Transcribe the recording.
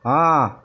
ହଁ